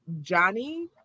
Johnny